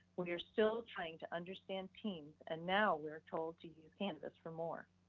we're still trying to understand teams and now we are told to use canvas for more.